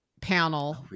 panel